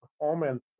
performance